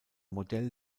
modell